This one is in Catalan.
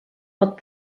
pot